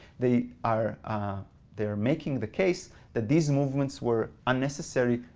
they are they are making the case that these movements were unnecessary,